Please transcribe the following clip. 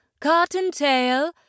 Cottontail